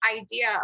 idea